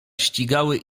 ścigały